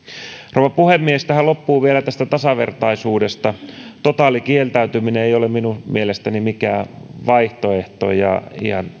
rouva puhemies tähän loppuun vielä tästä tasavertaisuudesta totaalikieltäytyminen ei ole minun mielestäni mikään vaihtoehto ja